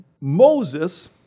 Moses